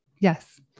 Yes